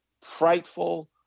frightful